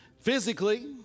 Physically